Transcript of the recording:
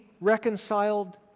reconciled